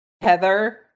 heather